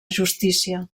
justícia